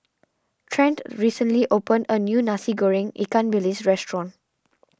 Trent recently opened a new Nasi Goreng Ikan Bilis restaurant